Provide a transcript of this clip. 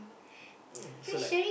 um so like